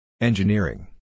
Engineering